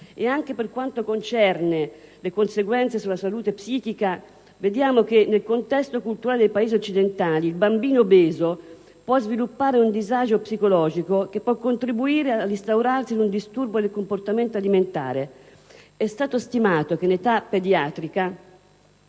Anche per quanto concerne le conseguenze sulla salute psichica vediamo che, nel contesto culturale dei Paesi occidentali, il bambino obeso può sviluppare un disagio psicologico che può contribuire all'instaurarsi di un disturbo del comportamento alimentare. È stato stimato che in età pediatrica